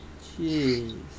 Jeez